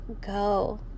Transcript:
go